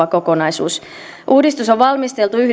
perustuva kokonaisuus uudistus on